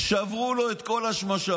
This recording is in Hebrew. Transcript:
שברו לו את כל השמשה,